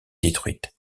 détruite